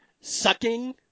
Sucking